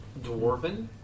dwarven